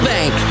Bank